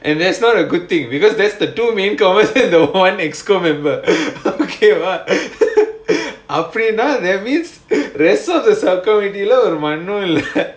and that's not a good thing because there's the two main committee obviously the [one] executive committee member okay but அப்டினா:apdinaa that means the rest of the sub committee ஒரு மண்ணும் இல்ல:oru mannum illa